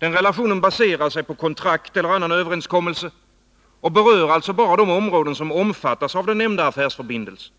Denna relation baserar sig på kontrakt eller annan överenskommelse och berör alltså bara de områden som omfattas av den nämnda affärsförbindelsen.